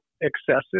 excessive